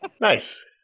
nice